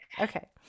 Okay